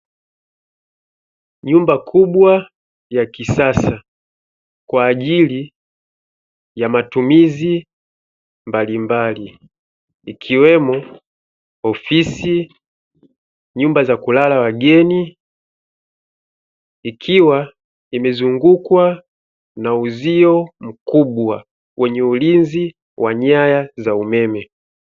Nyumba kubwa ya kisasa kwa ajili ya matumizi mbalimbali ikiwemo ofisi, nyumba za kulala wageni, ikiwa imezungukwa na uzio mkubwa wenye ulinzi wa nyaya za umeme.